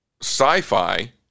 sci-fi